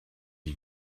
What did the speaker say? ich